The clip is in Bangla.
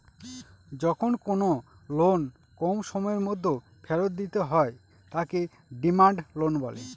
যখন কোনো লোন কম সময়ের মধ্যে ফেরত দিতে হয় তাকে ডিমান্ড লোন বলে